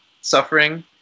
suffering